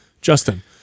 Justin